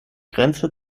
grenze